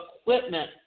equipment